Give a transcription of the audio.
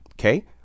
okay